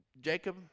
Jacob